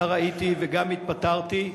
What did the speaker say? שר הייתי וגם התפטרתי,